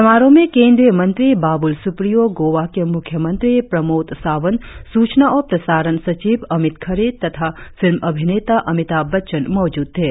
समारोह में केंद्रीय मंत्री बाबूल सुप्रियो गोवा के मुख्यमंत्री प्रमोद सावंत सूचना और प्रसारण सचिव अमित खड़े तथा फिल्म अभिनेता अमिताभ बच्चन मौजूद थे